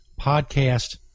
podcast